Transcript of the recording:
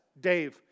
Dave